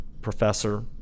Professor